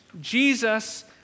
Jesus